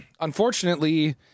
unfortunately